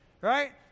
Right